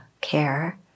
care